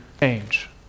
change